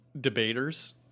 debaters